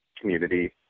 community